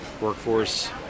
Workforce